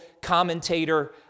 commentator